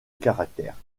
caractères